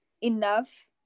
enough